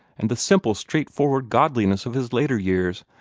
and the simple, straightforward godliness of his later years.